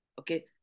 okay